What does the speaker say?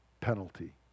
penalty